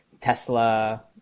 Tesla